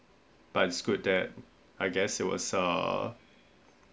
but it's good that I guess it was err